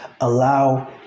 allow